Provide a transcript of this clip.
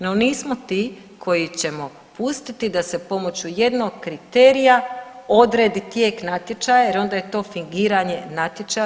No nismo ti koji ćemo pustiti da se pomoću jednog kriterija odredi tijek natječaja jer onda je to fingiranje natječaja.